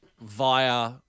via